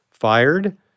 fired